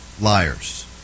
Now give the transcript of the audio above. liars